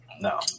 No